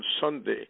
Sunday